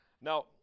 Now